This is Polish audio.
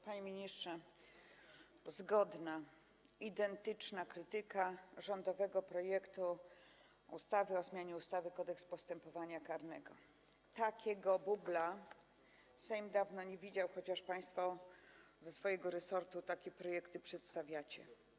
Panie ministrze, zgodna, identyczna krytyka rządowego projektu ustawy o zmianie ustawy Kodeks postępowania karnego - takiego bubla Sejm dawno nie widział, chociaż państwo takie projekty wychodzące z waszego resortu przedstawiacie.